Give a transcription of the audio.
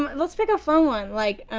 um and let's pick a fun one like